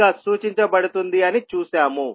గా సూచించబడుతుంది అని చూశాము